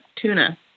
tuna